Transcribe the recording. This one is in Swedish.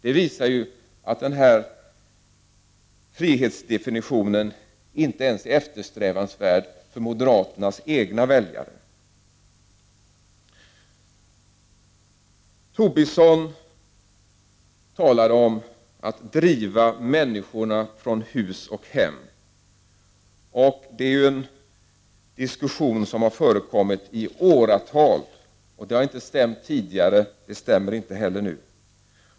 Det visar att frihet enligt Lars Tobissons definition inte ens är eftersträvansvärd för moderaternas egna väljare. Tobisson talade om att driva människorna från hus och hem, och det är ju en diskussion som har förekommit i åratal. Det har inte stämt tidigare, och det stämmer inte heller nu.